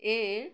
এ